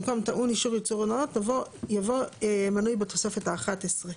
במקום "טעון אישור ייצור נאות" יבוא "מנוי בתוספת האחת עשרה;".